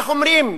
איך אומרים?